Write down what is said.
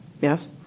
Yes